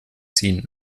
ziehen